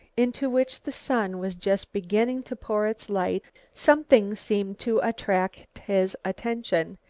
into which the sun was just beginning to pour its light, something seemed to attract his attention.